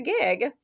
gig